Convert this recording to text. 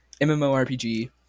MMORPG